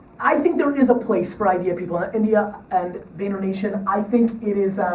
i think there is a place for idea people, and india and vaynernation, i think it is